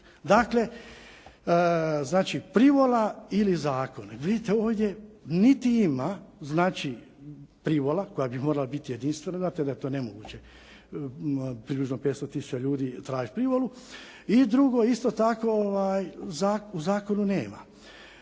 Dakle, privola ili zakon. Vidite, ovdje niti ima privola koja bi morala biti jedinstvena, znate da je to nemoguće približno 500 tisuća ljudi tražiti privolu. I drugo isto tako u zakonu nema.